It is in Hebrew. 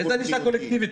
איזה ענישה קולקטיבית?